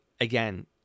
again